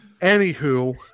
Anywho